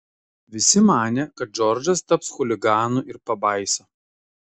visi manė kad džordžas taps chuliganu ir pabaisa